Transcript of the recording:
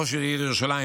ראש עיריית ירושלים,